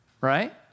right